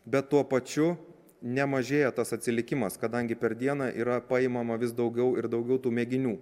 bet tuo pačiu nemažėja tas atsilikimas kadangi per dieną yra paimama vis daugiau ir daugiau tų mėginių